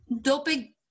Doping